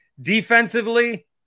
defensively